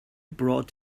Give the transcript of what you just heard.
brought